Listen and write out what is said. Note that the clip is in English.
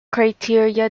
criteria